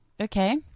Okay